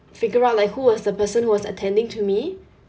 figure out like who was the person was attending to me